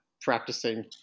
practicing